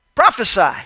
prophesy